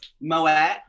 Moet